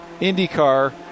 IndyCar